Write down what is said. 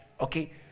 okay